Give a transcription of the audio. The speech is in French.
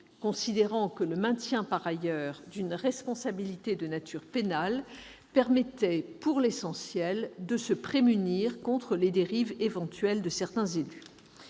considérant que le maintien par ailleurs d'une responsabilité de nature pénale permettait, pour l'essentiel, de se prémunir contre les éventuelles dérives